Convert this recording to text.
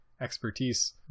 expertise